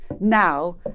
now